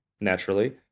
naturally